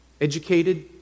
Educated